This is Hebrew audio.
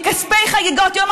מכספי חגיגות מירי,